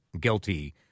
guilty